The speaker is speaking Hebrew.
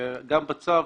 גם בצו